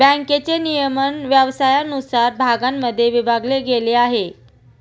बँकेचे नियमन व्यवसायानुसार भागांमध्ये विभागले गेले आहे